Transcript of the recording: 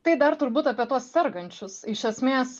tai dar turbūt apie tuos sergančius iš esmės